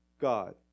God